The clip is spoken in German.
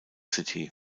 city